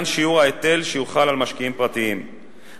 שיעור ההיטל שיוטל על משקיעים פרטיים.